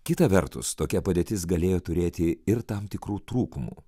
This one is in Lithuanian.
kita vertus tokia padėtis galėjo turėti ir tam tikrų trūkumų